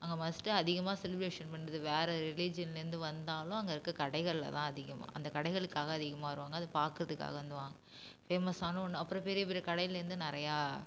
அங்கே மஸ்ட்டு அதிகமாக செலிப்ரேஷன் பண்ணுறது வேறு ரிலீஜியன்லேர்ந்து வந்தாலும் அங்கே இருக்க கடைகள்ல தான் அதிகமாக அந்த கடைகளுக்காக அதிகமாக வருவாங்க அதை பார்க்கறதுக்காக வந்து வருவாங்க ஃபேமஸ்ஸான ஒன்று அப்புறம் பெரிய பெரிய கடையிலர்ந்து நிறையா